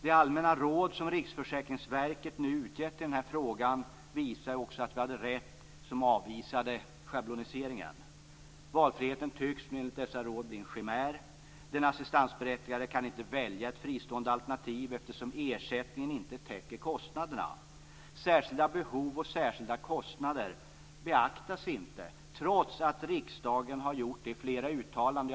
De allmänna råd som Riksförsäkringsverket nu utgivit i denna fråga visar att vi som avvisade schabloniseringen hade rätt. Valfriheten tycks enligt dessa råd bli en chimär. Den assistansberättigade kan inte välja ett fristående alternativ, eftersom ersättningen inte täcker kostnaderna. Särskilda behov och särskilda kostnader beaktas inte, trots att riksdagen har gjort det i flera uttalanden.